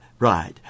Right